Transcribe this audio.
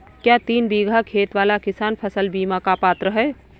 क्या तीन बीघा खेत वाला किसान फसल बीमा का पात्र हैं?